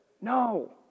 No